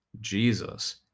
Jesus